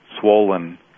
swollen